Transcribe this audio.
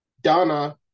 Donna